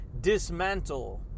dismantle